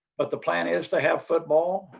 but the plan is to have football.